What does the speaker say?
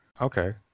Okay